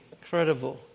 incredible